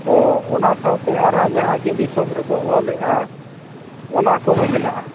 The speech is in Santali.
ᱚᱻ ᱚᱱᱟ ᱥᱟᱶᱛᱮ ᱟᱨᱦᱚᱸ ᱡᱟᱦᱟᱸᱭ ᱜᱮ ᱫᱤᱥᱚᱢᱨᱮᱠᱚ ᱚᱞᱮᱫᱼᱟ ᱚᱱᱟ ᱠᱚᱦᱚᱸ ᱢᱮᱱᱟᱜᱼᱟ